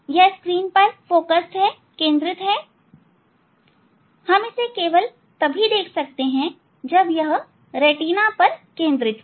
यह स्क्रीन पर केंद्रित है हम इसे केवल तभी देख सकते हैं जब यह रेटिना पर केंद्रित हो